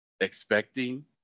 Expecting